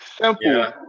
simple